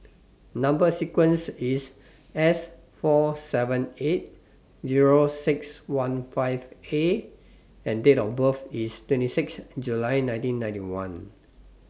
Number sequence IS S four seven eight Zero six one five A and Date of birth IS twenty six July nineteen ninety one